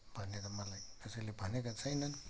भनेर मलाई कसैले भनेका छैनन्